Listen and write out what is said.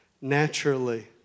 naturally